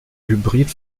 hybrid